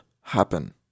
happen